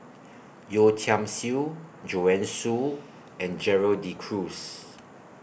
Yeo Tiam Siew Joanne Soo and Gerald De Cruz